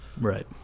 Right